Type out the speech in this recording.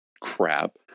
crap